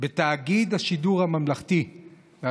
בתאגיד השידור הממלכתי,